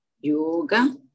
Yoga